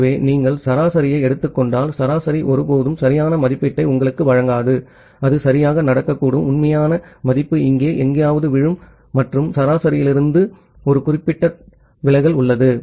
ஆகவே நீங்கள் சராசரியை எடுத்துக் கொண்டால் சராசரி ஒருபோதும் சரியான மதிப்பீட்டை உங்களுக்கு வழங்காது அது சரியாக நடக்கக்கூடும் உண்மையான மதிப்பு இங்கே எங்காவது விழும் மற்றும் சராசரியிலிருந்து ஒரு குறிப்பிடத்தக்க விலகல் உள்ளது